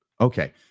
Okay